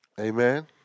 Amen